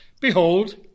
Behold